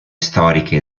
storiche